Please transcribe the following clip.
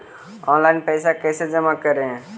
Online पैसा कैसे जमा करे?